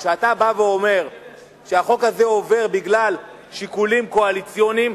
וכשאתה בא ואומר שהחוק הזה עובר בגלל שיקולים קואליציוניים,